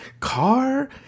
car